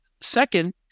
Second